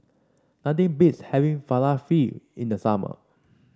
nothing beats having Falafel in the summer